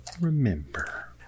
remember